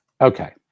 Okay